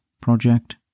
project